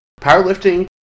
Powerlifting